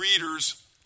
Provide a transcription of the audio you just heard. readers